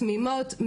תמימות,